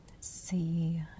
see